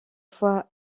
fois